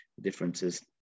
differences